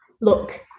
look